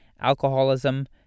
alcoholism